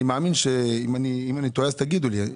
אני מאמין ואם אני טועה אז תגידו לי,